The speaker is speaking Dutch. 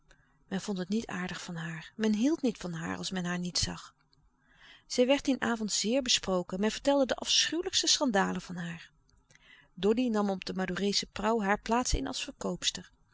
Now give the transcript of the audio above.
men vond het niet aardig van haar men hield niet van haar als men haar niet zag zij werd dien avond zeer besproken men vertelde de afschuwelijkste schandalen van haar doddy nam op de madoereesche prauw haar plaats in als verkoopster